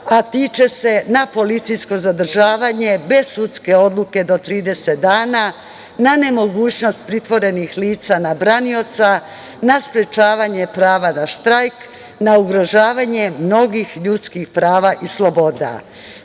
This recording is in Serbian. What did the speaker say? a tiče se na policijsko zadržavanje bez sudske odluke do 30 dana, na nemogućnost pritvorenih lica na branioca, na sprečavanje prava na štrajk, na ugrožavanje mnogih ljudskih prava i